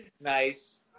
Nice